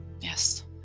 Yes